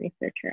researcher